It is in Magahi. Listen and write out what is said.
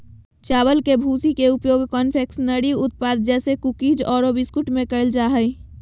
चावल के भूसी के उपयोग कन्फेक्शनरी उत्पाद जैसे कुकीज आरो बिस्कुट में कइल जा है